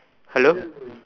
hello